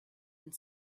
and